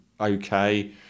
okay